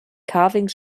carving